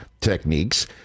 techniques